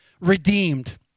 redeemed